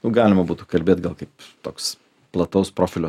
galima būtų kalbėt gal kaip toks plataus profilio